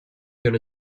gonna